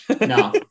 No